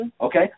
okay